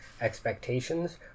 expectations